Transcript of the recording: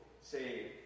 say